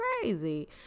Crazy